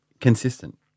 consistent